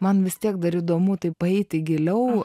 man vis tiek dar įdomu tai paeiti giliau